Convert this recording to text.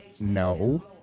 no